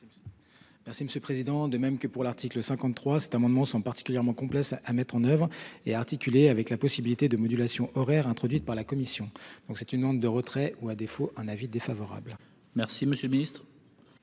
Merci monsieur le président, de même que pour l'article 53, cet amendement sont particulièrement complexe à mettre en oeuvre et articulé avec la possibilité de modulation horaire introduite par la commission. Donc c'est une demande de retrait ou à défaut un avis défavorable. Merci, monsieur le Ministre.